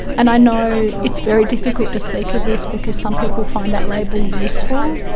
and i know it's very difficult to speak of this because some people find that label useful,